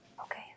Okay